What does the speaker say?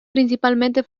principalmente